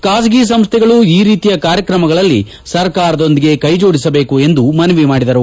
ಖಾಸಗಿ ಸಂಸ್ಥೆಗಳು ಈ ರೀತಿಯ ಕಾರ್ಯಕ್ರಮಗಳಲ್ಲಿ ಸರ್ಕಾರದೊಂದಿಗೆ ಕೈಜೋಡಿಸಬೇಕು ಎಂದು ಮನವಿ ಮಾಡಿದರು